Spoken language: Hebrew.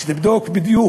שתבדוק בדיוק,